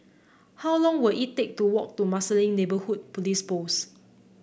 how long will it take to walk to Marsiling Neighbourhood Police Post